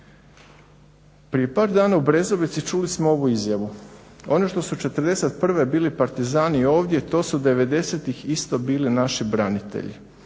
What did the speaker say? Prije par dana u Brezovici čuli smo ovu izjavu. Ono što su '41. bili Partizani ovdje to su '90.-tih isto bili naši branitelji.